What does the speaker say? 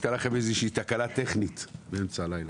והייתה לכם איזו שהיא תקלה טכנית באמצע הלילה.